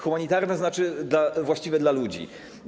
Humanitarne - znaczy: właściwe dla ludzi.